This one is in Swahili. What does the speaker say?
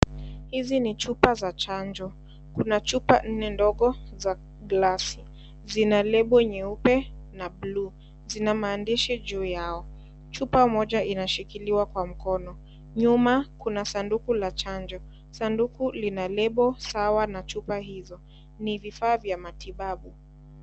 Hizi ni chupa za chanjo kuna chupa nne ndogo za glasi zina lebo nyeupe na blue zina maandishi juu yao chupa moja inashikiliwa kwa mkono nyuma kuna sanduku la chanjo sanduku lina lebo sawa na chupa hizo ni vifaa vya matibabu.